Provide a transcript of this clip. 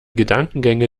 gedankengänge